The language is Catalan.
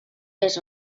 més